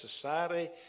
society